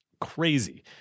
Crazy